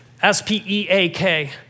S-P-E-A-K